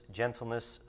gentleness